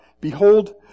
behold